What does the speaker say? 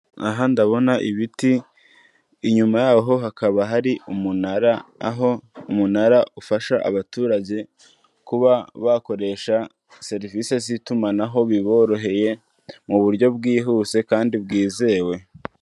Aha, ndabona ibiti, inyuma yaho hakaba hari umunara, aho umunara ufasha abaturage kuba bakoresha serivisi z'itumanaho biboroheye, mu buryo bwihuse kandi bwizewe.